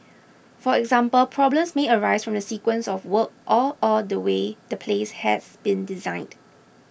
for example problems may arise from the sequence of works or or the way the place has been designed